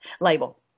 label